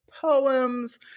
poems